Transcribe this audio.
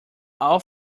all